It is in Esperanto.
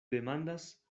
demandas